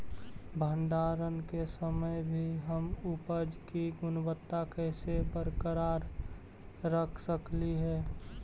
भंडारण के समय भी हम उपज की गुणवत्ता कैसे बरकरार रख सकली हे?